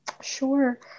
Sure